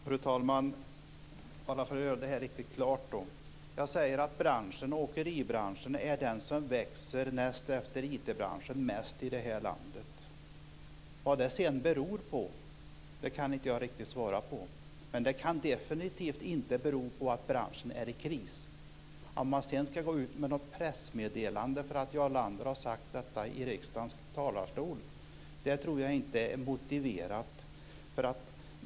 Fru talman! Jag ska göra det här riktigt klart. Jag säger att åkeribranschen är den som växer, näst efter IT-branschen, mest i landet. Vad det beror på kan jag inte riktigt svara på. Det kan definitivt inte bero på att branschen är i kris. Om man sedan ska gå ut med något pressmeddelande om att Jarl Lander har sagt detta i riksdagens talarstol är inte motiverat.